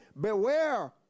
Beware